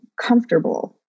comfortable